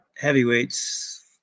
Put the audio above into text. heavyweights